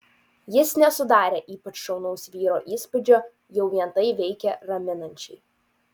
jis nesudarė ypač šaunaus vyro įspūdžio jau vien tai veikė raminančiai